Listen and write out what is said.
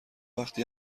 وقتی